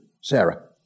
Sarah